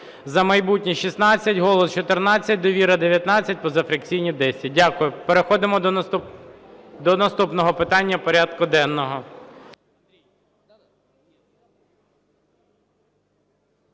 "За майбутнє" – 16, "Голос" – 14, "Довіра" – 19, позафракційні – 10. Дякую. Переходимо до наступного питання порядку денного.